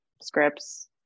scripts